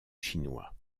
chinois